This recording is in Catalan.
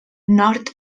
nord